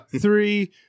three